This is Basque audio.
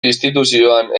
instituzioan